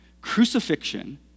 Crucifixion